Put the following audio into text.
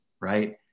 Right